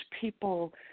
people